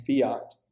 fiat